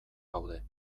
gaude